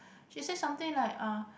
she said something like uh